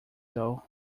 though